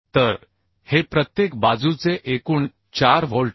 तर हे प्रत्येक बाजूचे एकूण 4 व्होल्ट आहे